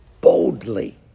boldly